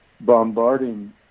bombarding